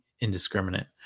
indiscriminate